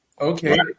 Okay